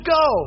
go